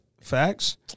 Facts